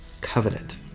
covenant